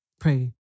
Pray